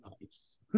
nice